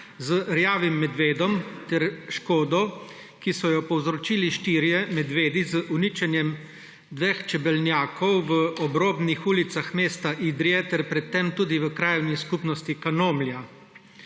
z rjavim medvedom ter škodo, ki so jo povzročili štirje medvedi z uničenjem dveh čebelnjakov v obrobnih ulicah mesta Idrija ter pred tem tudi v krajevni skupnosti Kanomlja.